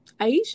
Aisha